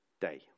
day